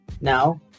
Now